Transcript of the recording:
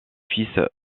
fils